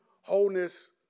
wholeness